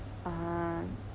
ah